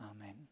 amen